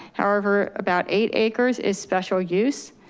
however about eight acres is special use.